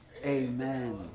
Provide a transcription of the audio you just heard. Amen